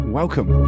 welcome